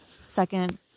second